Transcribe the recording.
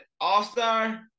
All-Star